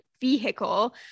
vehicle